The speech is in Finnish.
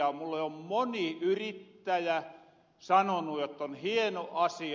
mulle on moni yrittäjä sanonu jotton hieno asia